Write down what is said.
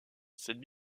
cette